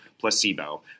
placebo